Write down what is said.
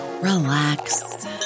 relax